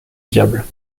diable